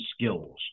skills